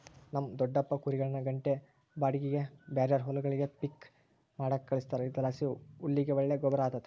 ನಮ್ ದೊಡಪ್ಪ ಕುರಿಗುಳ್ನ ಗಂಟೆ ಬಾಡಿಗ್ಗೆ ಬೇರೇರ್ ಹೊಲಗುಳ್ಗೆ ಪಿಕ್ಕೆ ಮಾಡಾಕ ಕಳಿಸ್ತಾರ ಇದರ್ಲಾಸಿ ಹುಲ್ಲಿಗೆ ಒಳ್ಳೆ ಗೊಬ್ರ ಆತತೆ